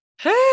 hey